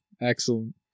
Excellent